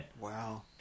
Wow